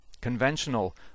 Conventional